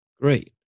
Great